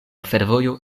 fervojo